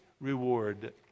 reward